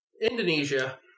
Indonesia